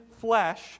flesh